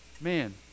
man